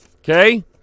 Okay